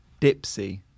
Dipsy